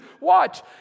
watch